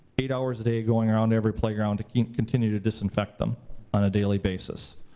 eight hours a day going around every playground continuing to disinfect them on a daily basis.